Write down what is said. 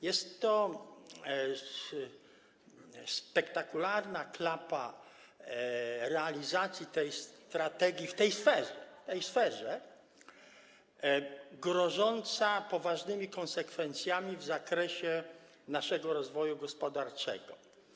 Jest to spektakularna klapa realizacji tej strategii w tej sferze, grożąca poważnymi konsekwencjami w zakresie naszego rozwoju gospodarczego.